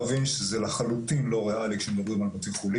צריך להבין שזה לחלוטין לא ריאלי כשמדברים על בתי חולים.